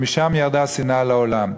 שמשם ירדה שנאה לעולם.